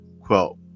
quote